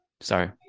Sorry